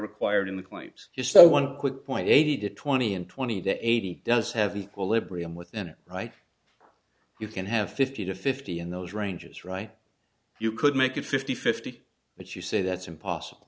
required in the claims just so one quick point eighty to twenty and twenty to eighty does have an equilibrium within it right you can have fifty to fifty in those ranges right you could make it fifty fifty but you say that's impossible